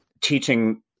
teaching